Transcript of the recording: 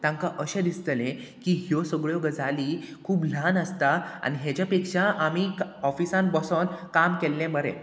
तांकां अशें दिसतलें की ह्यो सगळ्यो गजाली खूब ल्हान आसता आनी हेज्या पेक्षा आमी ऑफिसान बसोन काम केल्लें बरें